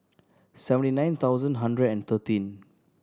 seventy nine thousand hundred and thirteen